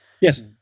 Yes